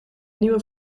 nieuwe